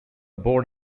board